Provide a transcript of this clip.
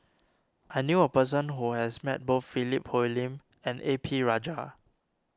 I knew a person who has met both Philip Hoalim and A P Rajah